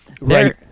Right